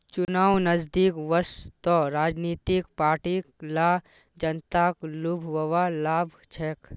चुनाव नजदीक वस त राजनीतिक पार्टि ला जनताक लुभव्वा लाग छेक